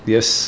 Yes